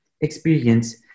experience